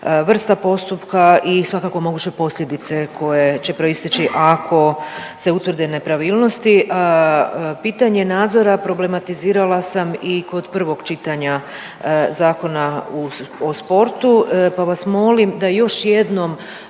vrsta postupka i svakako moguće posljedice koje će proisteći ako se utvrde nepravilnosti. Pitanje nadzora problematizirala sam i kod prvog čitanja Zakona o sportu, pa vas molim da još jednom